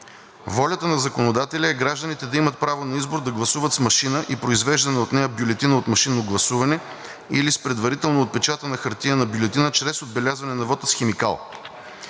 Волята на законодателя е гражданите да имат право на избор да гласуват с машина и произвеждана от нея бюлетина от машинно гласуване или с предварително отпечатана хартиена бюлетина чрез отбелязване на вота с химикал.